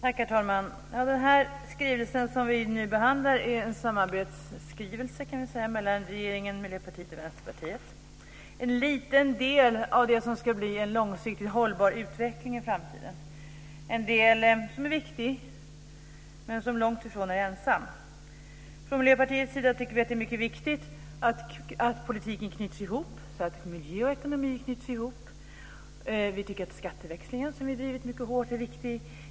Herr talman! Den skrivelse som vi nu behandlar är en samarbetsskrivelse mellan regeringen, Miljöpartiet och Vänsterpartiet. Det är en liten del i det som ska bli en långsiktigt hållbar utveckling i framtiden, en del som är viktig men som långt ifrån är ensam. Från Miljöpartiets sida tycker vi att det är mycket viktigt att politiken knyts ihop, att miljö och ekonomi knyts ihop. Vi tycker att skatteväxlingen, som vi drivit mycket hårt, är viktig.